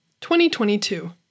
2022